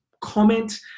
comment